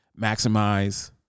maximize